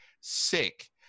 sick